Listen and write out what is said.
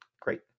Great